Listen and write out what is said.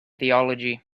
theology